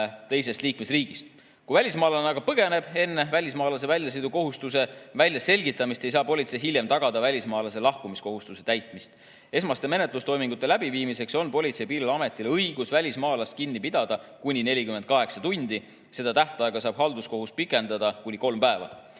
teisest liikmesriigist. Kui välismaalane aga põgeneb enne välismaalase väljasõidukohustuse väljaselgitamist, ei saa politsei hiljem tagada välismaalase lahkumiskohustuse täitmist. Esmaste menetlustoimingute läbiviimiseks on Politsei‑ ja Piirivalveametil õigus välismaalast kinni pidada kuni 48 tundi. Seda tähtaega saab halduskohus pikendada kuni kolm päeva.